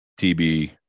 TB